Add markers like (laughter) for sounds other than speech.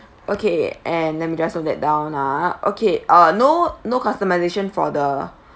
(breath) okay and let me just note that down ah okay uh no no customisation for the (breath)